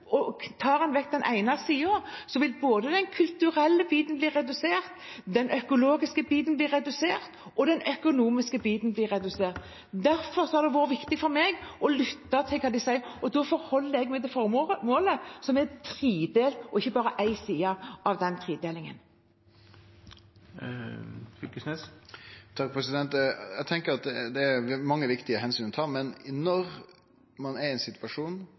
selv. Tar en bort den ene siden, vil både den kulturelle biten, den økologiske biten og den økonomiske biten bli redusert. Derfor har det vært viktig for meg å lytte til det de sier. Da forholder jeg meg til formålet, som er tredelt – ikke bare én side av den tredelingen. Eg tenkjer at det er mange viktige omsyn å ta, men når ein er i ein situasjon